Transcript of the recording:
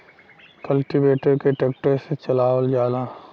cultivator के tractor से चलावल जाला